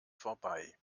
vorbei